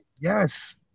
Yes